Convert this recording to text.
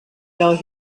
though